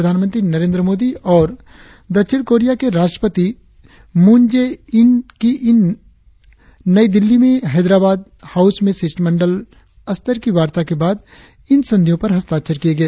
प्रधानमंत्री नरेंद्र मोदी और दक्षिण कोरिया के राष्ट्रपति मून जे इन की नई दिल्ली में हैदराबाद हाउस में शिष्टमंडल स्तर की वार्ता के बाद इन संधियों पर हस्ताक्षर किये गए